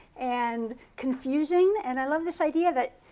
and confusing, and i love this idea that,